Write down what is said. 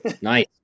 Nice